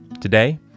Today